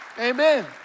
Amen